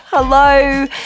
Hello